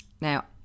Now